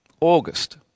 August